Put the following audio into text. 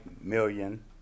million